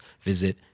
visit